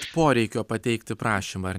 poreikio pateikti prašymą ar